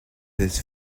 his